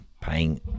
paying